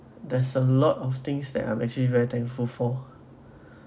there's a lot of things that I'm actually very thankful for